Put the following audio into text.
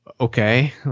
okay